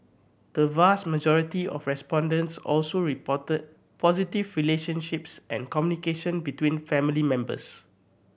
the vast majority of respondents also reported positive relationships and communication between family members